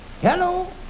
Hello